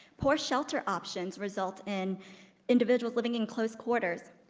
poor shelter options result in individuals living in close quarters,